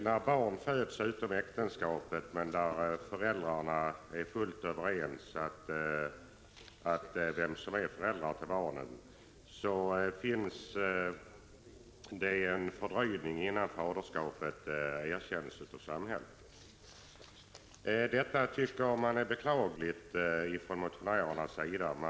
När barn föds utom äktenskapet men där föräldrarna är överens om vem som är far till barnet finns en fördröjning innan faderskapet erkänns av samhället. Denna fördröjning tycker motionärerna är beklaglig.